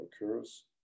occurs